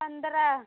पंद्रह